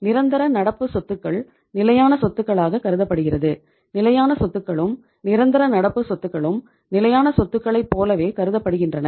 நிரந்தர நடப்பு சொத்துக்கள் நிலையான சொத்துகளாக கருதப்படுகிறது நிலையான சொத்துகளும் நிரந்தர நடப்பு சொத்துக்களும் நிலையான சொத்துகளைப் போலவே கருதப்படுகின்றன